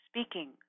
speaking